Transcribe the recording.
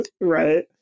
right